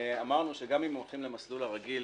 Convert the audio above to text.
אמרנו שגם אם הולכים למסלול הרגיל